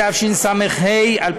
(תיקון מס' 12), התשע"ה 2015,